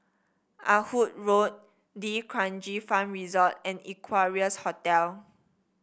Ah Hood Road D'Kranji Farm Resort and Equarius Hotel